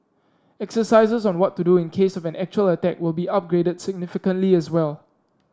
exercises on what to do in case of an actual attack will be upgraded significantly as well